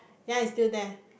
ya it's still there